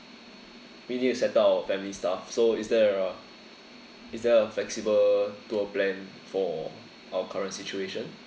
we need to settle our family stuff so is there a is there a flexible tour plan for our current situation